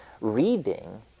reading